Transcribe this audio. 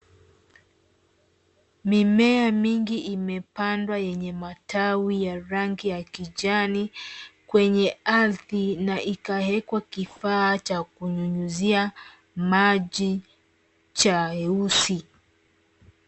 Mimea mingi imepandwa yenye matawi ya rangi ya kijani kwenye ardhi na ikawekwa kifaa cha kunyunyizia maji cheusi.